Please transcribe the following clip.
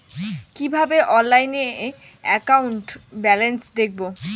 কিভাবে অনলাইনে account balance দেখবো?